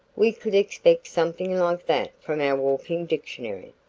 we could expect something like that from our walking dictionary,